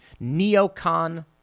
neocon